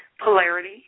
polarity